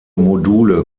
module